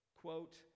quote